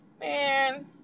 Man